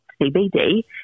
CBD